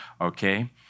okay